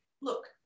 look